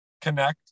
connect